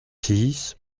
six